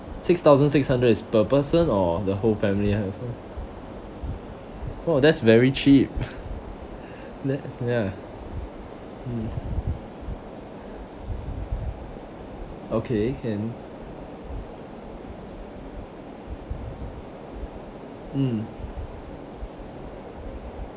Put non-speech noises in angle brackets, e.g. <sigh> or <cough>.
six thousand six hundred is per person or the whole family have ah oh that's very cheap <laughs> that ya mm okay can mm